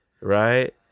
Right